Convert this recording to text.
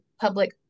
public